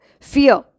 fear